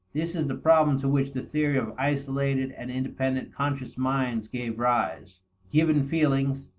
this is the problem to which the theory of isolated and independent conscious minds gave rise given feelings,